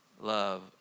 love